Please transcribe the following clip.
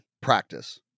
practice